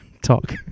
talk